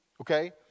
okay